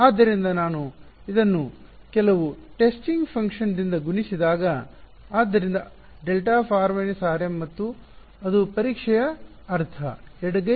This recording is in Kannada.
ಆದ್ದರಿಂದ ನಾನು ಇದನ್ನು ಕೆಲವು ಪರೀಕ್ಷಾ ಕಾರ್ಯದಿಂದ ಟೆಸ್ಟಿಂಗ್ ಫಂಕ್ಷನ್ ದಿಂದ ಗುಣಿಸಿದಾಗ ಆದ್ದರಿಂದ δ ಮತ್ತು ಅದು ಪರೀಕ್ಷೆಯ ಅರ್ಥ ಎಡಗೈ